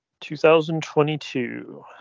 2022